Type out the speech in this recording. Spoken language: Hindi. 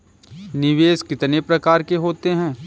निवेश कितने प्रकार के होते हैं?